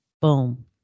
Boom